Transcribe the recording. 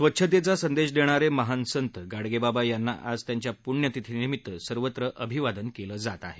स्वच्छतेचा संदेश देणारे महान संत गाडगेबाबा यांना आज त्यांच्या पुण्यतिथीनिमित्तानं सर्वत्र अभिवादन केलं जात आहे